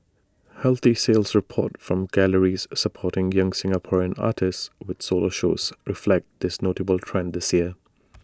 healthy sales reports from galleries supporting young Singaporean artists with solo shows reflect this notable trend this year